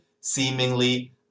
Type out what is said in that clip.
seemingly